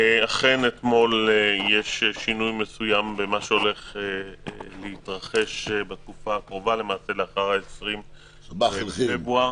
אכן יש שינוי מסוים במה שהולך להתרחש החל מה-20 בפברואר.